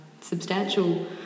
substantial